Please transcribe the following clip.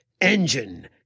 Engine